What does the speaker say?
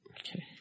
Okay